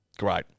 Great